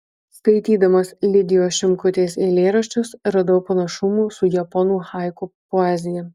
skaitydamas lidijos šimkutės eilėraščius radau panašumų su japonų haiku poezija